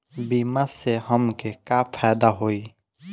बीमा से हमके का फायदा होई?